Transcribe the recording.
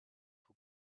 who